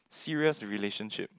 serious relationship